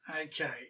Okay